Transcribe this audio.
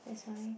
that's why